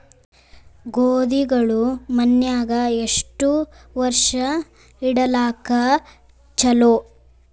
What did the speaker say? ಗೋಧಿಗಳು ಮನ್ಯಾಗ ಎಷ್ಟು ವರ್ಷ ಇಡಲಾಕ ಚಲೋ?